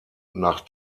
nach